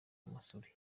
missouri